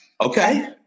Okay